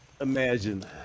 imagine